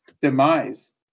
demise